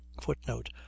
Footnote